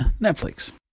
Netflix